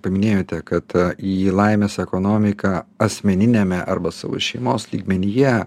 paminėjote kad į laimės ekonomiką asmeniniame arba savo šeimos lygmenyje